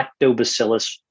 Lactobacillus